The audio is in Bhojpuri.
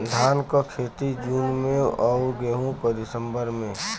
धान क खेती जून में अउर गेहूँ क दिसंबर में?